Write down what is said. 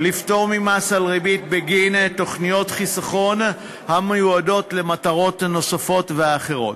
לפטור ממס על ריבית בגין תוכניות חיסכון המיועדות למטרות נוספות אחרות.